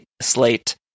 slate